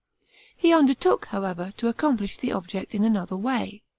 he undertook, however, to accomplish the object in another way.